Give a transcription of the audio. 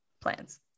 plans